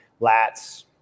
lats